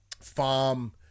farm